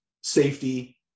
safety